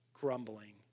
Grumbling